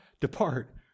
depart